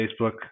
Facebook